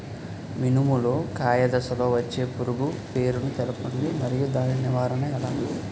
మినుము లో కాయ దశలో వచ్చే పురుగు పేరును తెలపండి? మరియు దాని నివారణ ఎలా?